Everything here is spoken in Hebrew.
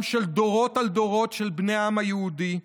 של דורות על דורות של בני העם היהודי,